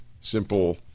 simple